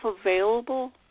available